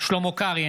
שלמה קרעי,